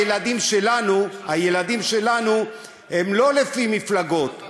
בסוף, הילדים שלנו הם לא לפי מפלגות.